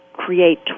create